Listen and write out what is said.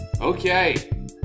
Okay